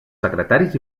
secretaris